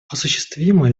осуществима